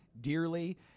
dearly